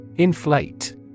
Inflate